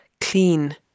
clean